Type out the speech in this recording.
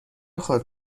خود